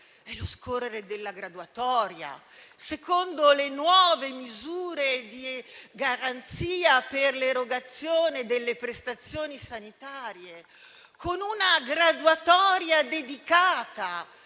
è lo scorrere della graduatoria, secondo le nuove misure di garanzia per l'erogazione delle prestazioni sanitarie, con una graduatoria dedicata